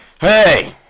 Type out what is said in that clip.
Hey